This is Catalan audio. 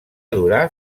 durar